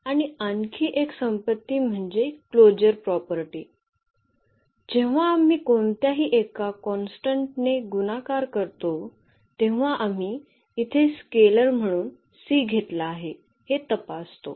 आणि आणखी एक संपत्ती म्हणजे क्लोजर प्रॉपर्टी जेव्हा आम्ही कोणत्याही एका कॉन्स्टंट ने गुणाकार करतो तेव्हा आम्ही इथे स्केलर म्हणून घेतला आहे हे तपासतो